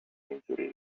injury